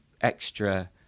extra